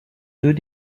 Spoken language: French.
deux